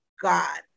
God